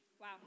Wow